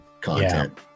content